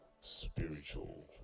spiritual